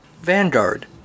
Vanguard